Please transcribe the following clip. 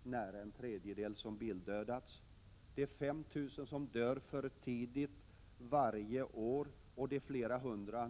och nära en tredjedel av dem som bildödas har alkohol i sig. 5 000 människor dör alldeles för tidigt varje år just till följd av alkoholen.